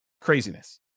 Craziness